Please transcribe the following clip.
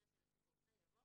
אחרי "שלפי חוק זה" יבוא